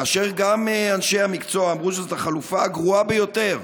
כאשר גם אנשי המקצוע אמרו שזאת החלופה הגרועה ביותר.